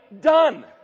done